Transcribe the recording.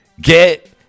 get